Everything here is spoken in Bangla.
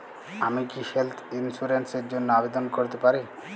আমি কি হেল্থ ইন্সুরেন্স র জন্য আবেদন করতে পারি?